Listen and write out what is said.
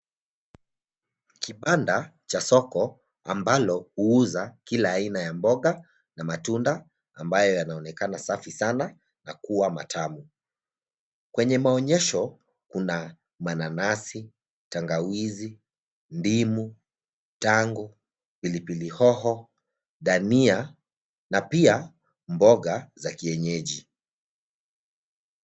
Kibanda cha soko ambalo huuza kila aina ya mboga na matunda ambayo yanaonekana safi sana na kuwa matamu. Kwenye maonyesho kuna mananasi, tangawizi, ndimu, tango, pilipili hoho, dania na pia mboga za kienyeji.